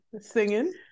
singing